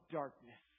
darkness